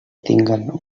tinguen